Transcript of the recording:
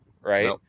right